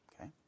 Okay